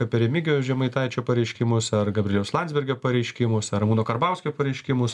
apie remigijaus žemaitaičio pareiškimus ar gabrieliaus landsbergio pareiškimus ar ramūno karbauskio pareiškimus